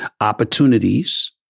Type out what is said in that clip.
Opportunities